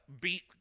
beat